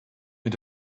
mit